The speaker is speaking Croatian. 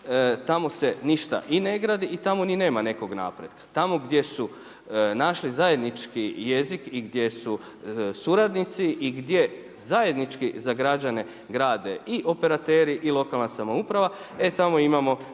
temo se ništa ni ne gradi i tamo ni nema nekog napretka. Tamo gdje su našli zajednički jezik i gdje su suradnici i gdje zajednički za građane grade i operateri i lokalna samouprava e tamo imamo